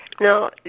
Now